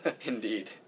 Indeed